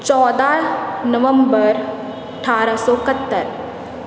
ਚੌਦ੍ਹਾਂ ਨਵੰਬਰ ਅਠਾਰ੍ਹਾਂ ਸੌ ਇਕਹੱਤਰ